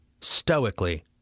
stoically